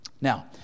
Now